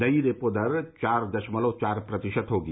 नई रेपो दर चार दशमलव चार प्रतिशत होगी